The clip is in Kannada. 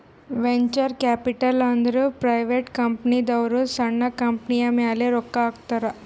ವೆಂಚರ್ ಕ್ಯಾಪಿಟಲ್ ಅಂದುರ್ ಪ್ರೈವೇಟ್ ಕಂಪನಿದವ್ರು ಸಣ್ಣು ಕಂಪನಿಯ ಮ್ಯಾಲ ರೊಕ್ಕಾ ಹಾಕ್ತಾರ್